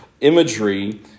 imagery